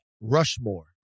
Rushmore